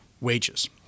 wages